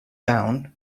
down